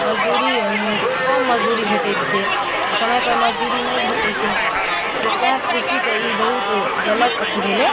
मजदूरी कम मजदूरी भेटै छै आओर समयपर मजदूरी नहि भेटै छै तऽ तें कृषिके ई बहुत गलत अथी भेलै